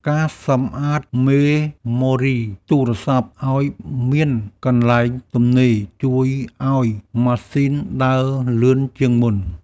ការសម្អាតមេម៉ូរីទូរស័ព្ទឱ្យមានកន្លែងទំនេរ ជួយឱ្យម៉ាស៊ីនដើរលឿនជាងមុន។